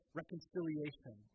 reconciliation